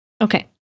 Okay